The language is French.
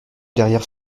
derrière